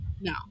No